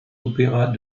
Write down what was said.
opéras